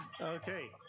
Okay